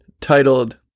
titled